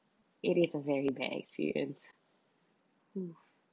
it is a very bad experience mm